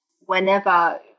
whenever